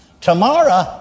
Tomorrow